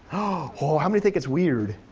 ah how many think it's weird?